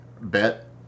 bet